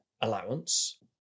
allowance